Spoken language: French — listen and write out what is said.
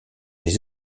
les